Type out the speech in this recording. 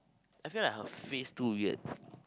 I see like her face too weird